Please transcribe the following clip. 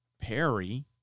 Perry